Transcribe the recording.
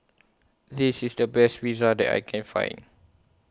This IS The Best Pizza that I Can Find